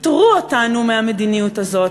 פטרו אותנו מהמדיניות הזאת,